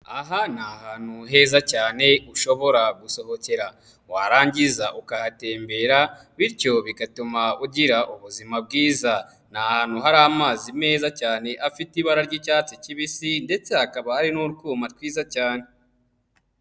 Aha ni ahantu heza cyane ushobora gusohokera, warangiza ukahatembera bityo bigatuma ugira ubuzima bwiza, ni ahantu hari amazi meza cyane afite ibara ry'icyatsi kibisi ndetse hakaba hari n'utwuma twiza cyane.